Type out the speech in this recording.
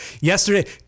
yesterday